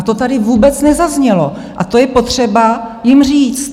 To tady vůbec nezaznělo a to je potřeba jim říct.